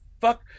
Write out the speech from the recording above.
Fuck